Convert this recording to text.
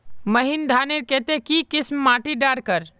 महीन धानेर केते की किसम माटी डार कर?